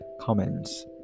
comments